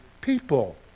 people